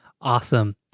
Awesome